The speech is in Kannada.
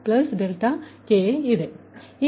ಈಗ ಇದು i 2 ಆಗಿದೆ